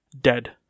Dead